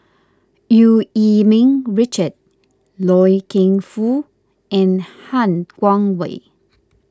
Eu Yee Ming Richard Loy Keng Foo and Han Guangwei